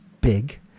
big